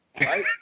right